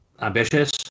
ambitious